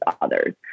others